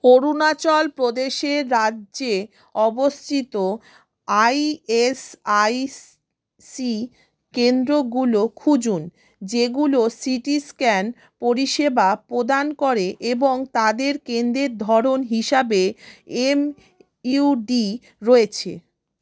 অরুণাচল প্রদেশের রাজ্যে অবস্থিত আইএসআইসি কেন্দ্রগুলো খুঁজুন যেগুলো সিটি স্ক্যান পরিষেবা প্রদান করে এবং তাদের কেন্দ্রের ধরন হিসাবে এমইউডি রয়েছে